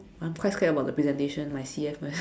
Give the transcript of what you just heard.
I'm quite scared about the presentation my C_F